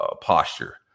posture